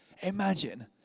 Imagine